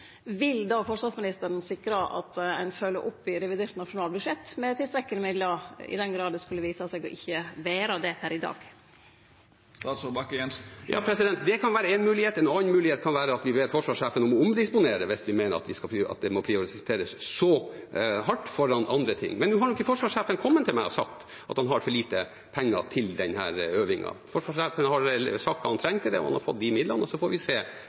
vil då forsvarsministeren sikre at ein følgjer opp med tilstrekkeleg med midlar i revidert nasjonalbudsjett – i den grad det skulle vise seg ikkje å vere det per i dag? Ja, det kan være en mulighet. En annen mulighet kan være at vi ber forsvarssjefen om å omdisponere – hvis vi mener at det må prioriteres så hardt foran andre ting. Men nå har ikke forsvarssjefen kommet til meg og sagt at han har for lite penger til denne øvingen. Forsvarssjefen har sagt ifra om hva han trengte, og han har fått de midlene. Så får vi se